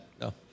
no